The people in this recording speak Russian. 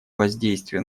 воздействие